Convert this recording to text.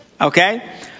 Okay